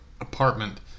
apartment